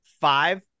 five